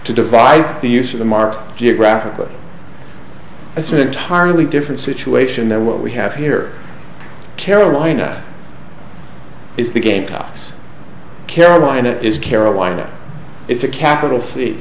to divide the use of the mark geographically it's an entirely different situation than what we have here carolina is the game cops carolina is carolina it's a capital c